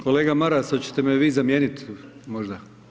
Kolega Maras 'oćete me vi zamijenit možda?